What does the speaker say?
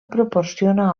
proporciona